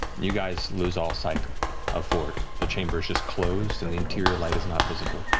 you guys lose all sight of fjord. the chamber is just closed, and the interior light is not visible.